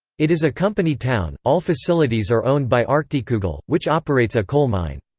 it is a company town all facilities are owned by arktikugol, which operates a coal mine.